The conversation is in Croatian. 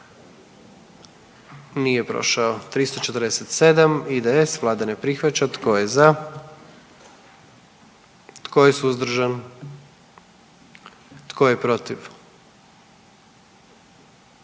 zastupnika SDP-a, vlada ne prihvaća. Tko je za? Tko je suzdržan? Tko je protiv?